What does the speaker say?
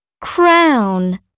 crown